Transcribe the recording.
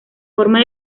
forma